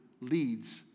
leads